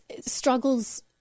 struggles